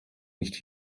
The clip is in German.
nicht